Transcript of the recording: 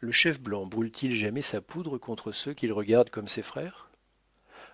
le chef blanc brûle t il jamais sa poudre contre ceux qu'il regarde comme ses frères